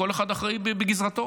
כל אחד אחראי בגזרתו,